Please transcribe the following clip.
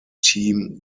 team